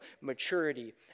maturity